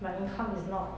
my income is not